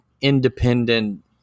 independent